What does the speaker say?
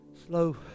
Slow